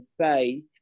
faith